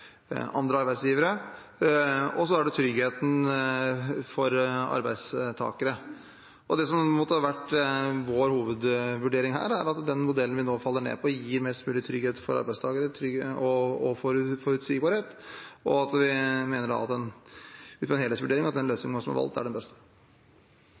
andre arbeidsgivere, og så har man tryggheten for arbeidstakerne. Det som har vært vår hovedvurdering, er at den modellen vi nå faller ned på, gir mest mulig trygghet og forutsigbarhet for arbeidstakerne. Vi mener ut fra en helhetsvurdering at den løsningen som nå er valgt, er den